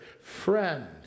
friend